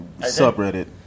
Subreddit